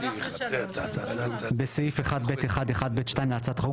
בסעיף 1(ב1)(1)(ב)(2) להצעת החוק,